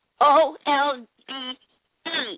O-L-D-E